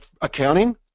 accounting